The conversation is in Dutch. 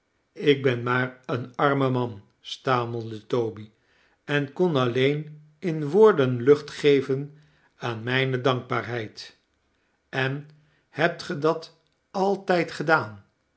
ik ben maar een arme man stamelde toby en kon alleen in woorden lueht geven aan mijne dankbaarheid en hiebt ge dat altijd gedaan